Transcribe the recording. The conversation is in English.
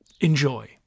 Enjoy